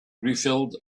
refilled